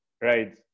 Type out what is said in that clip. right